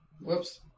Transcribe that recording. whoops